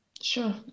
Sure